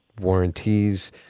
warranties